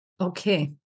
Okay